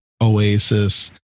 Oasis